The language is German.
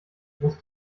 muss